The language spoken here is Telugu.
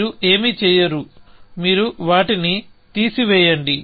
మీరు ఏమీ చేయర మీరు వాటిని తీసివేయండి